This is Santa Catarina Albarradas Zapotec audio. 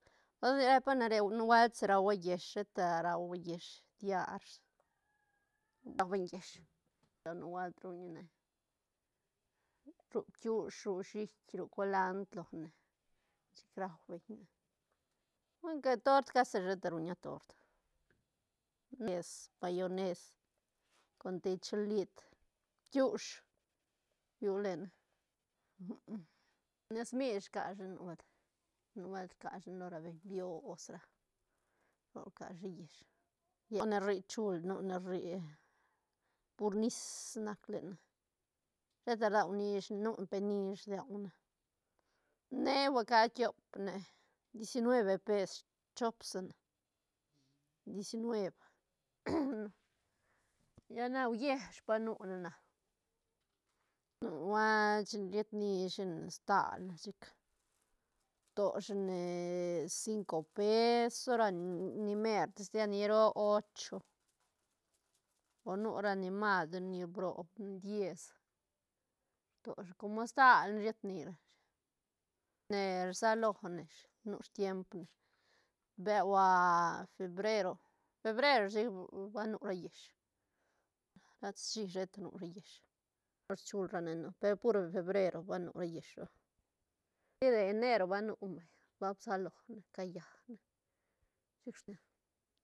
Hui nic repa na re nubuel si ragua yiësh sheta ragua yiësh diar yiësh nubuelt ruñane ru bkiush, ru shiit, ru colandr lone chic rau beñne huen ca tort casi sheta ruña tort ques, mayones conte lliñ chilid bkiush ru lene nes mish rcashine nubuelt- nubuelt rca shine lo ra beñ bios ra roc rca shi yiësh nune rri chul nu ne rri pur nis nac lene sheta rdua nish ne nu pe nish rdaune ne huaca a tiop ne diecinueve pes chop sine diecinueb lla na uiesh pa nu ne na nubuelt chin riet nishine stalne chic toshine cinco peso ra ni mertis lla ni roo ocho o nu ra ni masru ni brob diez rtoshi como stal ne riet ni rashi, ne rsalone ish nu tiemp ne beu febrero- febrero chic ba nu ra yiësh cad shí sheta nu ra yiësh, osh chul ra ne nu per pur febrero vanu ra yiësh roc, apartir de enero va nu ne vay, vab salone cayane